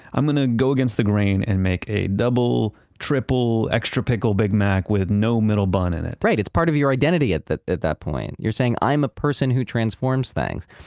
i'm going to ah go against the grain and make a double, triple, extra pickle big mac with no middle bun in it right. it's part of your identity at that at that point. you're saying, i'm a person who transforms things.